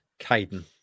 Caden